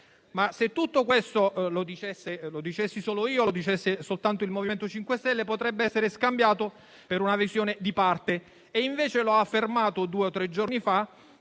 Se tutto questo lo dicessi solo io o lo dicesse soltanto il MoVimento 5 Stelle, potrebbe essere scambiato per una visione di parte. Invece lo ha affermato, alcuni giorni fa,